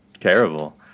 terrible